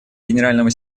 генеральному